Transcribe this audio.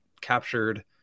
captured